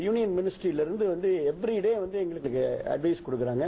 union மினிஸ்ட்ரில வந்து everyday எங்களுக்கு அட்வைசரி கொடுக்கிறாங்க